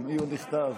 על מי הוא נכתב?